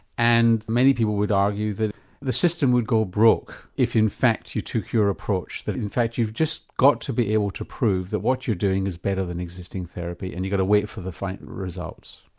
and many people would argue that the system would go broke if in fact you took your approach, that in fact you've just got to be able to prove that what you're doing is better than existing existing therapy and you've got to wait for the final results.